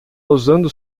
usando